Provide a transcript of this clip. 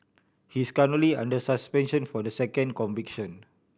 he is currently under suspension for the second conviction